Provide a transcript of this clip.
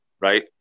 right